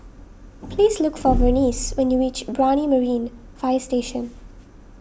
please look for Vernice when you reach Brani Marine Fire Station